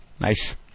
Nice